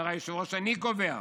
אומר היושב-ראש: אני קובע.